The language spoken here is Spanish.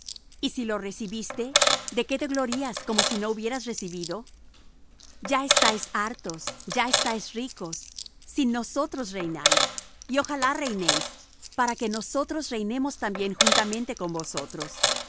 y si lo recibiste de qué te glorías como si no hubieras recibido ya estáis hartos ya estáis ricos sin nosotros reináis y ojalá reinéis para que nosotros reinemos también juntamente con vosotros